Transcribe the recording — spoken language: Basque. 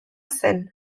zen